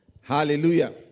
Hallelujah